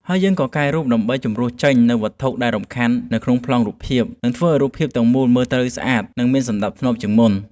ហើយយើងក៏កែរូបដើម្បីជម្រុះចេញនូវវត្ថុដែលរំខាននៅក្នុងប្លង់រូបភាព នឹងធ្វើឱ្យរូបភាពទាំងមូលមើលទៅស្អាត និងមានសណ្ដាប់ធ្នាប់ជាងមុន។